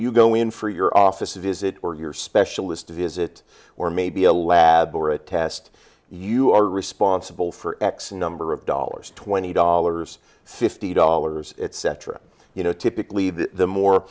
you go in for your office visit or your specialist visit or maybe a lab or a test you are responsible for x number of dollars twenty dollars fifty dollars cetera you know typically the